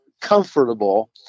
comfortable